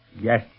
Yes